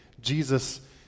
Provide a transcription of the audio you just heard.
Jesus